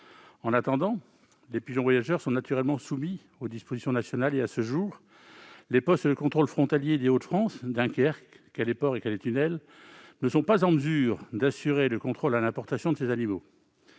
En attendant, les pigeons voyageurs sont naturellement soumis aux dispositions nationales. À ce jour, les postes de contrôle frontaliers des Hauts-de-France- Dunkerque, Calais port et Calais tunnel -ne sont pas en mesure d'assurer le contrôle à l'importation de ces animaux.